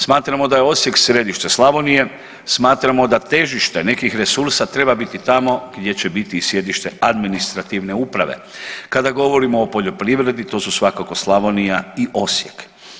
Smatramo da je Osijek središte Slavonije, smatramo da težište nekih resursa treba biti tamo gdje će biti i sjedište administrativne uprave, kada govorimo o poljoprivredi to su svakako Slavonija i Osijek.